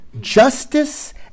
justice